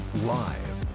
live